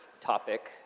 topic